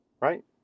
right